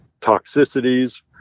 toxicities